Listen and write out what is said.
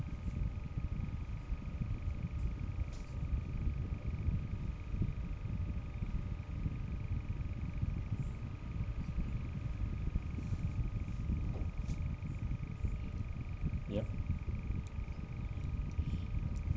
yup